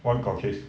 where got case